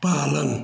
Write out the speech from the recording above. पालन